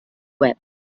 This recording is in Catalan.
web